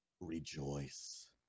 rejoice